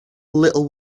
little